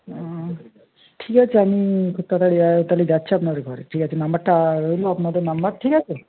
ও ঠিক আছে আমি খুব তাড়াতাড়ি ইয়া তাহলে যাচ্ছি আপনার ঘরে ঠিক আছে নম্বরটা রইলো আপনাদের নম্বর ঠিক আছে